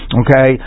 okay